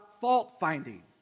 fault-finding